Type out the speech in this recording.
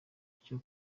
cyo